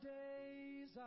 days